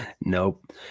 Nope